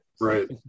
right